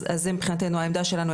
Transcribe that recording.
אז זה מבחינתנו העמדה שלנו,